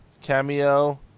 cameo